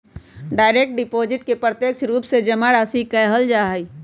direct deposit के प्रत्यक्ष रूप से जमा राशि कहल जा हई